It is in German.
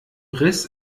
riss